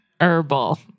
Herbal